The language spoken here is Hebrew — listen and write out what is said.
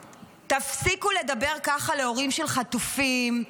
תפסיקו לדבר ככה להורים של חטופים,